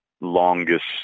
longest